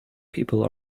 people